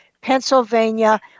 Pennsylvania